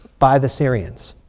by the syrians.